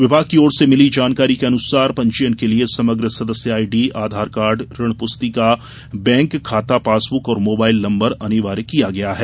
विभाग की ओर से मिली जानकारी के अनुसार पंजीयन के लिए समग्र सदस्य आईडी आधार कार्ड ऋण प्रस्तिका बैंक खाता पासबुक और मोबाइल नंबर अनिवार्य किया गया है